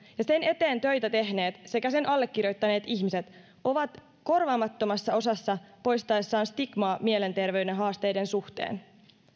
ja sen eteen töitä tehneet sekä sen allekirjoittaneet ihmiset ovat korvaamattomassa osassa poistaessaan stigmaa mielenterveyden haasteiden suhteen